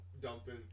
dumping